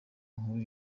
nkuru